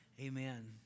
Amen